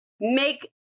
make